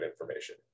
information